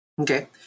Okay